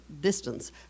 distance